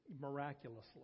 miraculously